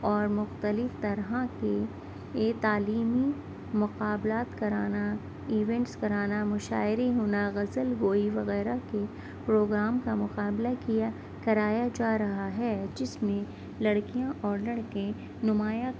اور مختلف طرح کے یہ تعلیمی مقابلات کرانا ایونٹس کرانا مشاعرے ہونا غزل گوئی وغیرہ کے پروگرام کا مقابلہ کیا کرایا جا رہا ہے جس میں لڑکیاں اور لڑکے نمایاں